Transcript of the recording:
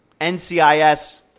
NCIS